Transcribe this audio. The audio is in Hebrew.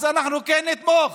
אז אנחנו כן נתמוך.